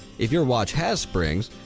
if your watch has springs,